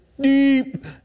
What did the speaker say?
deep